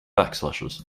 backslashes